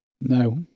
No